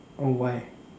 oh why